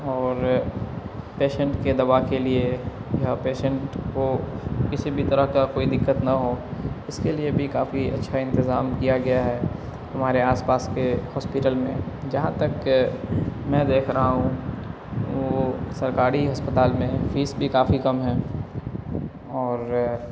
اور پیشنٹ کے دوا کے لیے یا پیشنٹ کو کسی بھی طرح کا کوئی دقت نہ ہو اس کے لیے بھی کافی اچھا انتظام کیا گیا ہے ہمارے آس پاس کے ہاسپیٹل میں جہاں تک میں دیکھ رہا ہوں وہ سرکاری ہسپتال میں فیس بھی کافی کم ہے اور